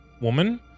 woman